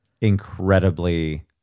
incredibly